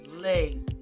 legs